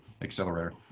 accelerator